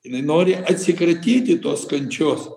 jinai nori atsikratyti tos kančios